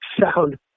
sound